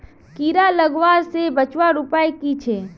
कीड़ा लगवा से बचवार उपाय की छे?